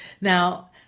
now